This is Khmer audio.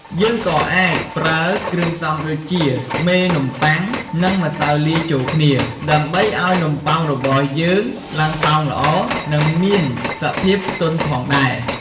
យើងក៏អាចប្រើ គ្រឿងផ្សំដូចជា មេនំបុ័ង និង ម្សៅលាយចូលគ្នា ដើម្បីឱ្យនំប៉ោងរបស់យើងឡើងប៉ោងល្អ និងមានសភាពទន់ផងដែរ។